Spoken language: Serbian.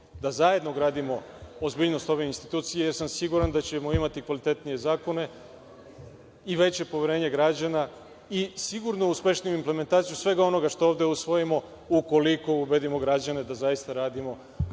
da zajedno gradimo ozbiljnost ove institucije, jer sam siguran da ćemo imati kvalitetnije zakone i veće poverenje građana i sigurno uspešniju implementaciju svega onoga što ovde usvojimo, ukoliko ubedimo građane da zaista radimo